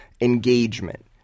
engagement